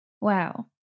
Wow